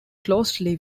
closely